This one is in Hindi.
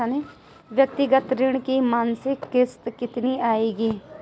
व्यक्तिगत ऋण की मासिक किश्त कितनी आएगी?